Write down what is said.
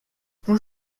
tous